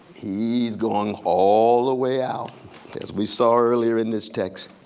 he's going all the way out as we saw earlier in this text.